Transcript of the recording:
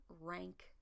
rank